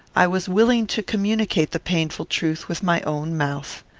i was willing to communicate the painful truth with my own mouth.